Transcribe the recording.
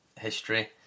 history